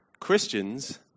Christians